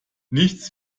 nichts